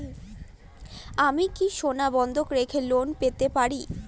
আমি কি সোনা বন্ধক রেখে লোন পেতে পারি?